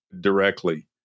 directly